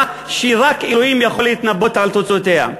שרק אלוהים יכול להתנבא על תוצאותיה.